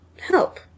help